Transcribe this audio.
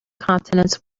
continents